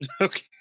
Okay